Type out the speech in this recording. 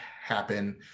happen